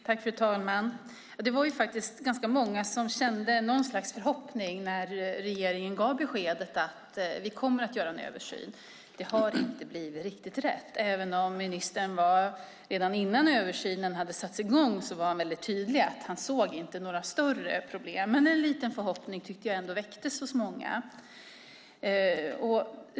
Fru talman! Det var ganska många som kände något slags förhoppning när regeringen gav beskedet att man skulle göra en översyn. Det har inte blivit riktigt rätt, även om ministern redan innan översynen hade satt i gång var väldigt tydlig med att han inte såg några större problem. Men en liten förhoppning väcktes ändå hos många.